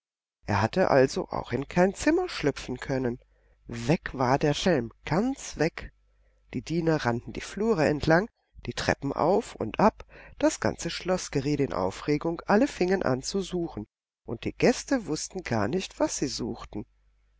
er hatte also auch in kein zimmer schlüpfen können weg war der schelm ganz weg die diener rannten die flure entlang die treppen auf und ab das ganze schloß geriet in aufregung alle fingen an zu suchen und die gäste wußten gar nicht was sie suchten